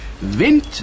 Wind